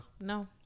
No